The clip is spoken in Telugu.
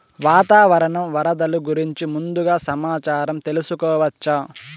వాతావరణం వరదలు గురించి ముందుగా సమాచారం తెలుసుకోవచ్చా?